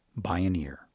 Bioneer